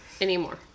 anymore